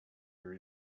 your